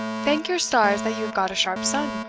thank your stars that you have got a sharp son,